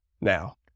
now